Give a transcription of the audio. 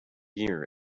year